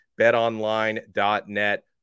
betonline.net